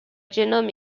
genome